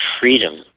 freedom